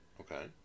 okay